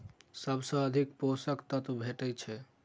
सबसँ अधिक पोसक तत्व भेटय छै?